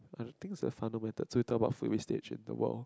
I think it's the fundamental with about food wastage in the world